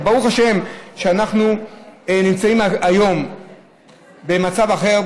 ברוך השם שאנחנו נמצאים היום במצב אחר,